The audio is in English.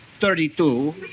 Thirty-two